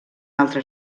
altre